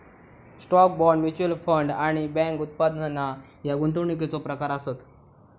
stock, bond, mutual fund आणि bank उत्पादना ह्या गुंतवणुकीचो प्रकार आसत